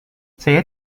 saya